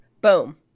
Boom